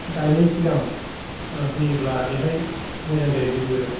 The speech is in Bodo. गायनाय सिगां ओ होयोब्ला बेहाय मोजां जायै जेबो